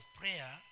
prayer